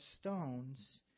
stones